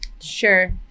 sure